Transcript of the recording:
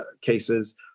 cases